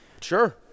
Sure